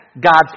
God's